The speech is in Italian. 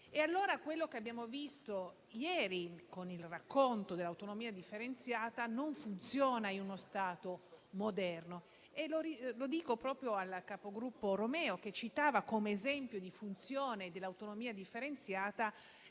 europea? Quello che abbiamo visto ieri con il racconto dell'autonomia differenziata non funziona in uno Stato moderno: lo dico proprio al capogruppo Romeo, che citava come esempio di funzionamento dell'autonomia differenziata